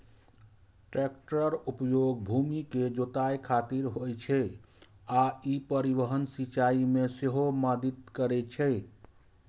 टैक्टरक उपयोग भूमि के जुताइ खातिर होइ छै आ ई परिवहन, सिंचाइ मे सेहो मदति करै छै